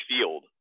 field